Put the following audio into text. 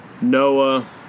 Noah